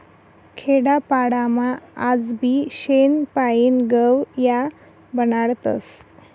खेडापाडामा आजबी शेण पायीन गव या बनाडतस